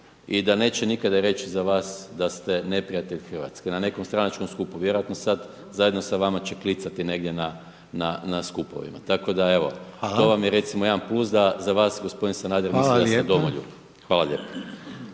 i da neće nikada reći za vas da ste neprijatelj Hrvatske, na nekom stranačkom skupu. Vjerojatno sada zajedno sa vama će klicati negdje na skupovima. Tako da evo, to vam je recimo, jedan plus, da za vas gospodin Sanader misli da ste domoljub. Hvala lijepo.